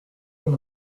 mon